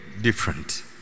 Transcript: different